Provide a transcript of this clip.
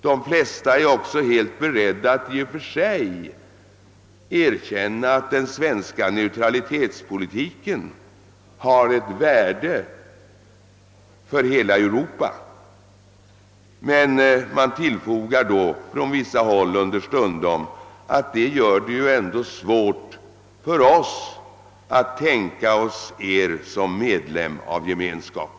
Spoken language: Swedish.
De flesta är också helt beredda att i och för sig erkänna att den svenska neutralitetspolitiken har ett värde för hela Europa. Man tilifogar dock på vissa håll understundom att den ändå gör det svårt att tänka sig oss som medlem av Gemenskapen.